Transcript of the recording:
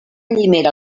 llimera